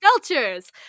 Belchers